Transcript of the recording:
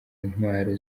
ntwaro